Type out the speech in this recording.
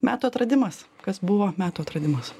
metų atradimas kas buvo metų atradimas